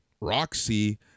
Roxy